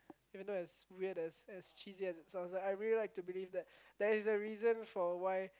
even though its weird as as cheesy as it sounds I really like to believe that there is a reason for why